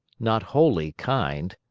not wholly kind,